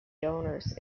donors